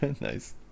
Nice